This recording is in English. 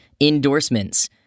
endorsements